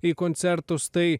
į koncertus tai